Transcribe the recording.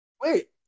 Wait